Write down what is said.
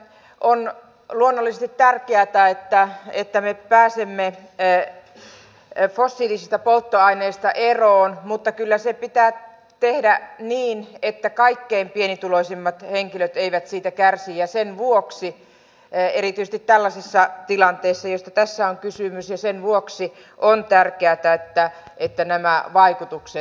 on luonnollisesti tärkeätä että me pääsemme fossiilisista polttoaineista eroon mutta kyllä se pitää tehdä niin että kaikkein pienituloisimmat henkilöt eivät siitä kärsi erityisesti tällaisessa tilanteessa josta tässä on kysymys ja sen vuoksi on tärkeätä että nämä vaikutukset selvitetään